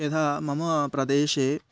यथा मम प्रदेशे